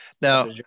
Now